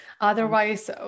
Otherwise